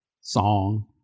song